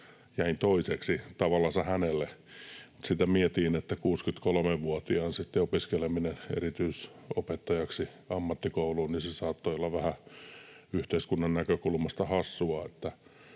jäin toiseksi hänelle. Sitä mietin, että 63-vuotiaan opiskeleminen erityisopettajaksi ammattikouluun saattoi olla vähän yhteiskunnan näkökulmasta hassua.